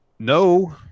No